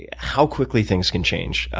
yeah how quickly things can change.